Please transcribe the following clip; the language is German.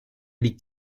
liegt